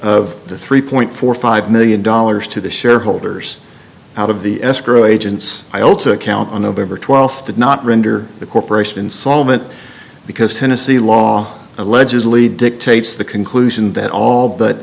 of the three point four five million dollars to the shareholders out of the escrow agents i owe to account on nov twelfth did not render the corporation solvent because tennessee law allegedly dictates the conclusion that all